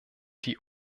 die